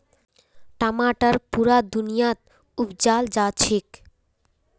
टमाटर पुरा दुनियात उपजाल जाछेक